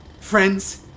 Friends